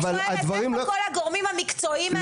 אני רק שואלת איפה כל הגורמים המקצועיים האלה.